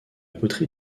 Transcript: poterie